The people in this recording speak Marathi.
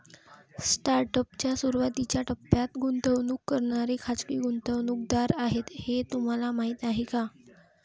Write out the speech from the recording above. स्टार्टअप च्या सुरुवातीच्या टप्प्यात गुंतवणूक करणारे खाजगी गुंतवणूकदार आहेत हे तुम्हाला माहीत आहे का?